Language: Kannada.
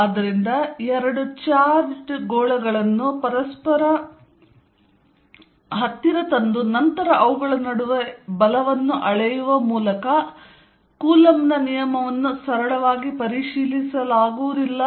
ಆದ್ದರಿಂದ ಎರಡು ಚಾರ್ಜ್ಡ್ ಗೋಳಗಳನ್ನು ಪರಸ್ಪರ ಹತ್ತಿರ ತಂದು ನಂತರ ಅವುಗಳ ನಡುವೆ ಬಲವನ್ನು ಅಳೆಯುವ ಮೂಲಕ ಕೂಲಂಬ್ ನ ನಿಯಮವನ್ನು ಸರಳವಾಗಿ ಪರಿಶೀಲಿಸಲಾಗುವುದಿಲ್ಲ